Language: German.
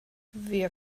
wir